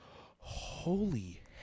holy